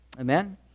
Amen